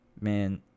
man